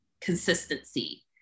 consistency